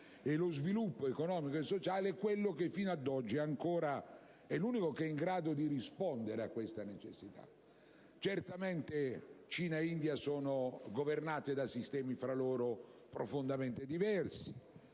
che lo sviluppo economico e sociale è fino ad oggi ancora l'unico in grado di rispondere a questa necessità. Certamente Cina e India sono governate da sistemi fra loro profondamente diversi,